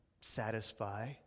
satisfy